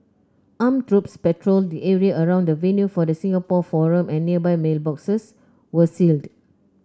armed troops patrolled the area around the venue for the Singapore forum and nearby mailboxes were sealed